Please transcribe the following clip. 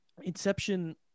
Inception